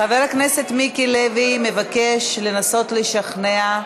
חבר הכנסת מיקי לוי מבקש לנסות לשכנע.